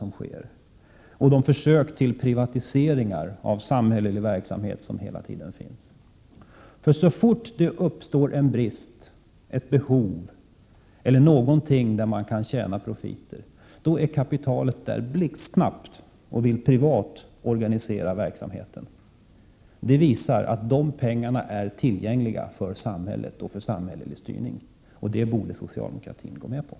Det visar också de försök till privatiseringar av samhällelig verksamhet som hela tiden försiggår. Så snart det uppstår en brist, ett behov eller någon annan situation som går att profitera på, så är kapitalet blixtsnabbt där och vill organisera verksamheten privat. Det vittnar om att det finns pengar och att de är tillgängliga för samhället och för samhällelig styrning. Socialdemokraterna borde gå in för åtgärder i denna riktning.